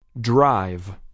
Drive